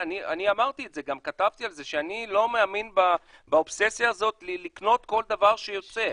אמרתי את זה וגם כתבתי שאני לא מאמין באובססיה לקנות כל דבר שיוצא.